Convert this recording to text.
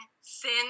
sin